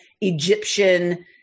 Egyptian